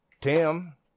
Tim